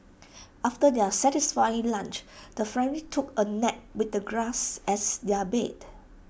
after their satisfying lunch the family took A nap with the grass as their bed